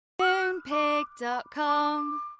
MoonPig.com